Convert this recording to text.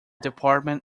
department